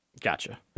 Gotcha